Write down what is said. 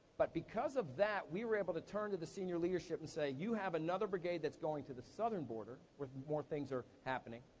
but because of that, we were able to turn to the senior leadership and say, you have another brigade that's going to the southern border, where more things are happening,